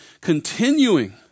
continuing